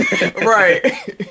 Right